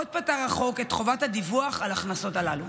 עוד פטר החוק את חובת הדיווח על ההכנסות הללו.